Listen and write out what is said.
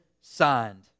signed